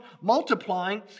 multiplying